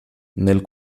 nel